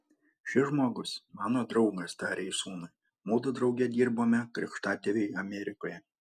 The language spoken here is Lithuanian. šis žmogus mano draugas tarė jis sūnui mudu drauge dirbome krikštatėviui amerikoje